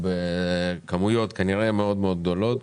בכמויות גדולות מאוד.